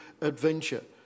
adventure